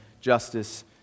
Justice